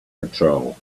patrol